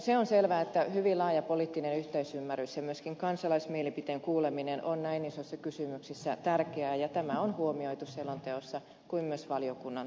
se on selvää että hyvin laaja poliittinen yhteisymmärrys ja myöskin kansalaismielipiteen kuuleminen on näin isoissa kysymyksissä tärkeää ja tämä on huomioitu niin selonteossa kuin myös valiokunnan työskentelyssä